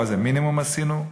זה המינימום שעשינו,